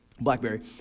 blackberry